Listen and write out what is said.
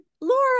Laura